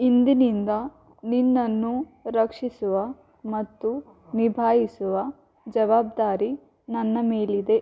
ಇಂದಿನಿಂದ ನಿನ್ನನ್ನು ರಕ್ಷಿಸುವ ಮತ್ತು ನಿಭಾಯಿಸುವ ಜವಾಬ್ದಾರಿ ನನ್ನ ಮೇಲಿದೆ